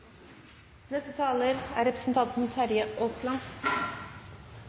Representanten Terje Aasland